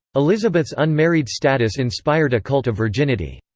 elizabeth's unmarried status inspired a cult of virginity.